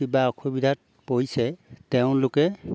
কিবা অসুবিধাত পৰিছে তেওঁলোকে